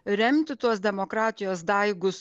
remti tuos demokratijos daigus